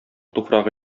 туфрагы